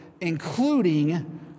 including